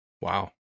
Wow